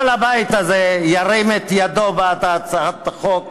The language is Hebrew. כל הבית הזה ירים את ידו בעד הצעת החוק